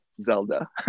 Zelda